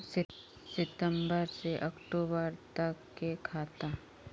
सितम्बर से अक्टूबर तक के खाता?